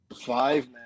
five